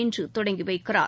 இன்று தொடங்கி வைக்கிறார்